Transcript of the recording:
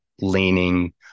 leaning